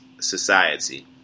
society